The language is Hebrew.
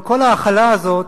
עם כל ההכלה הזאת,